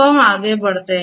तो हम आगे बढ़ते हैं